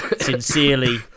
Sincerely